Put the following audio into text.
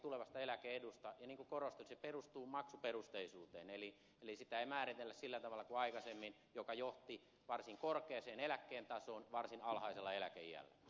ja niin kuin korostin se perustuu maksuperusteisuuteen eli sitä ei määritellä sillä tavalla kuin aikaisemmin joka johti varsin korkeaan eläkkeen tasoon varsin alhaisella eläkeiällä